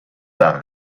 par